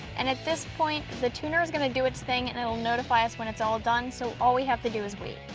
and at this point the tuner's gonna do its thing and it'll notify us when it's all done. so all we have to do is wait.